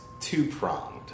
two-pronged